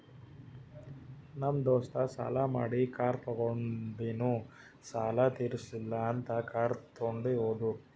ನಮ್ ದೋಸ್ತ ಸಾಲಾ ಮಾಡಿ ಕಾರ್ ತೊಂಡಿನು ಸಾಲಾ ತಿರ್ಸಿಲ್ಲ ಅಂತ್ ಕಾರ್ ತೊಂಡಿ ಹೋದುರ್